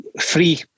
free